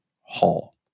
hall